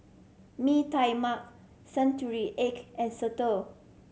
Mee Tai Mak century egg and soto